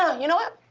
yeah you know what?